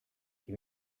chi